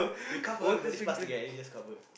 we cover got this plastic right then you just cover